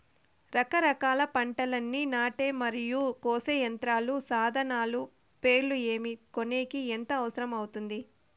రకరకాల పంటలని నాటే మరియు కోసే యంత్రాలు, సాధనాలు పేర్లు ఏమి, కొనేకి ఎంత అవసరం అవుతుంది?